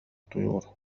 الطيور